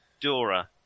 Dora